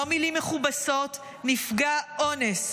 לא מילים מכובסות, נפגע אונס.